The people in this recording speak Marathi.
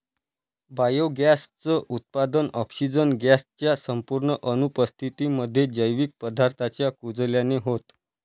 बायोगॅस च उत्पादन, ऑक्सिजन गॅस च्या संपूर्ण अनुपस्थितीमध्ये, जैविक पदार्थांच्या कुजल्याने होतं